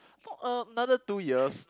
so another two years